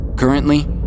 Currently